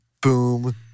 Boom